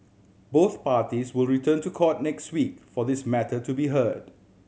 both parties will return to court next week for this matter to be heard